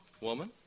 Woman